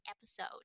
episode